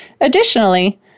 Additionally